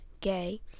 gay